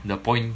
the point